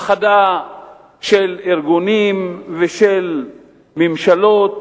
הפחדה של ארגונים ושל ממשלות,